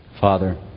Father